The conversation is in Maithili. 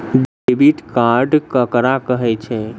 डेबिट कार्ड ककरा कहै छै?